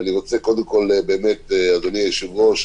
אני רוצה קודם כול, אדוני היושב-ראש,